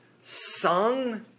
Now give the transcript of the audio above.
sung